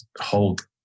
hold